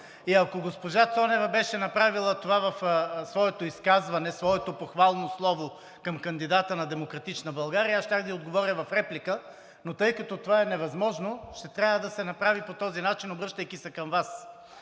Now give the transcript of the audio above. и ако госпожа Цонева беше направила това в своето изказване, своето похвално слово към кандидата на „Демократична България“, аз щях да ѝ отговоря в реплика, но тъй като това е невъзможно, ще трябва се направи по този начин, обръщайки се към Вас.